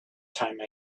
time